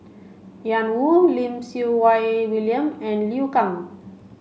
Ian Woo Lim Siew Wai William and Liu Kang